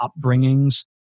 upbringings